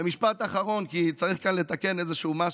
ומשפט אחרון, כי צריך לתקן כאן איזשהו משהו.